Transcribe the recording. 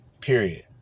Period